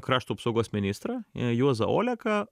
krašto apsaugos ministrą juozą oleką